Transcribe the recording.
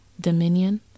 dominion